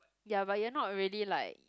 ya but you are not really like